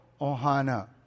ohana